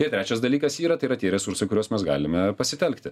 ir trečias dalykas yra tai yra tie resursai kuriuos mes galime pasitelkti